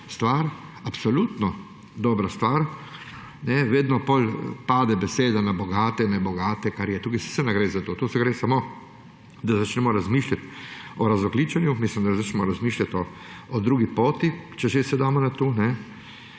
stvar, absolutno dobra stvar. Vedno potem pade beseda na bogate, nebogate. Saj ne gre za to! Tu gre samo, da začnemo razmišljati o razogljičenju, da začnemo razmišljati o drugi poti, če se že damo na to.